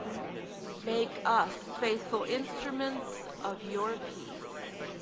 make us faithful instruments of your peace.